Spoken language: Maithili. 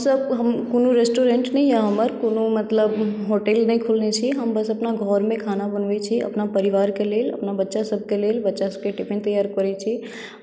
हमसभ हम कोनो रेस्टुरेन्ट नहि यऽ हमर कोनो मतलब होटल नहि खोलने छी हम बस अपना घरमे खाना बनबै छी अपना परिवारके लेल अपना बच्चा सभके लेल बच्चा सभके टिफिन तैयार करै छी